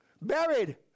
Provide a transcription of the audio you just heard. Buried